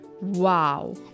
Wow